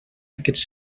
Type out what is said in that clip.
aquests